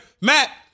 Matt